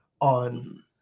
on